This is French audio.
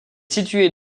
située